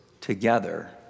together